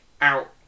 out